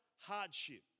hardship